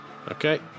Okay